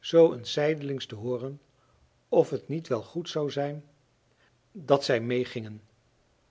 zoo eens zijdelings te hooren of het niet wel goed zou zijn dat zij meegingen